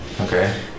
okay